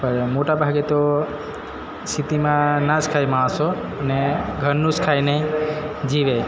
પણ મોટા ભાગે તો સિટીમાં ના જ ખાયે માણસો ને ઘરનું જ ખાઈને જીવે